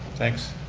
thanks.